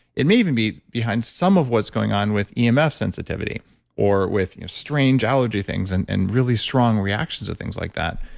it may even be behind some of what's going on with yeah emf sensitivity or with strange allergy things and and really strong reactions and things like that.